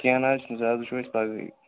کینٛہہ نہٕ حظ چھُنہٕ زیادٕ وٕچھو أسۍ پگہٕے